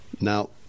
Now